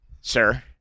sir